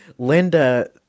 Linda